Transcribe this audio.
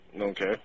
okay